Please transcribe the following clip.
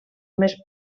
més